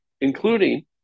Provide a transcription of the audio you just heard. including